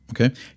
okay